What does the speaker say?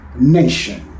nation